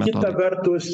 kita vertus